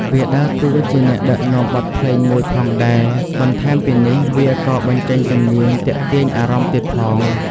វាដើរតួជាអ្នកដឹកនាំបទភ្លេងមួយផងដែរ បន្ថែមពីនេះវាក៏បញ្ចេញសំនៀងទាក់ទាញអារម្មណ៍ទៀតផង។